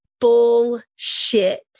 bullshit